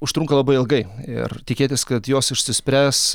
užtrunka labai ilgai ir tikėtis kad jos išsispręs